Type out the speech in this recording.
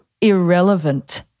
irrelevant